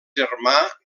germà